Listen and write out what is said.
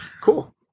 cool